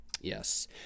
Yes